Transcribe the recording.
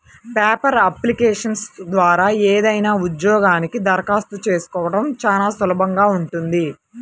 paper అప్లికేషన్ల ద్వారా ఏదైనా ఉద్యోగానికి దరఖాస్తు చేసుకోడం చానా సులభంగా ఉంటది